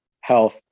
health